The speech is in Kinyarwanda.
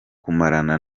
kumarana